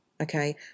okay